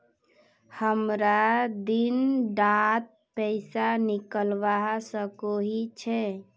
हमरा दिन डात पैसा निकलवा सकोही छै?